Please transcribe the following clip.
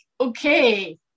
okay